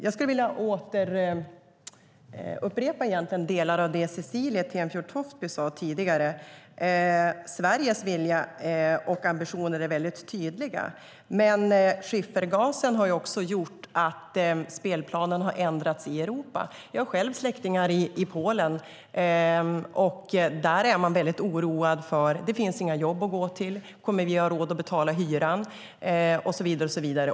Jag skulle vilja upprepa delar av de Cecilie Tenfjord-Toftby sade tidigare. Sveriges vilja och ambitioner är mycket tydliga, men skiffergasen har också gjort att spelplanen har ändrats i Europa. Jag har själv släktingar i Polen. Där är de mycket oroade. Det finns inga jobb att gå till. Kommer de att ha råd att betala hyran?